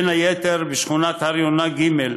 בין היתר בשכונת הר-יונה ג׳,